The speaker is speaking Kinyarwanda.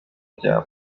bya